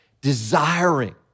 desiring